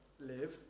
live